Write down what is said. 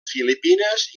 filipines